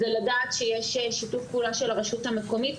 ולדעת שיש שיתוף פעולה של הרשות המקומית,